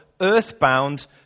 earthbound